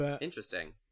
interesting